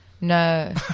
No